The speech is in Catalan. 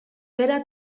pere